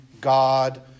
God